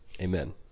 Amen